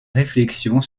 réflexions